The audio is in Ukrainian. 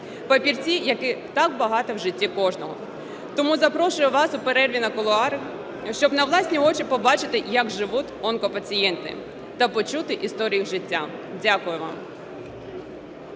папірці, яких так багато в житті кожного. Тому запрошую вас у перерві в кулуари, щоб на власні очі побачити як живуть онкопацієнти та почути історії їх життя. Дякую вам.